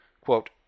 quote